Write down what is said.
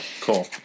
cool